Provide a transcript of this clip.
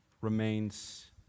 remains